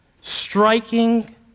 striking